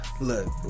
look